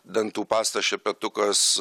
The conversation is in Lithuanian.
dantų pasta šepetukas